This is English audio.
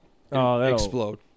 explode